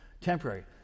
Temporary